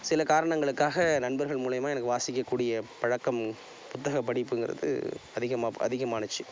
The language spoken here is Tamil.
சில காரணங்களுக்காக நண்பர்கள் மூலியுமா எனக்கு வாசிக்கக்கூடிய பழக்கம் புத்தக படிப்புங்கிறது அதிகமாக அதிகமாகிச்சு